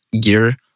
gear